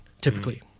typically